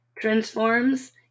transforms